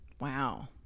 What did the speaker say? Wow